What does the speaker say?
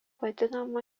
vadinama